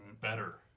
better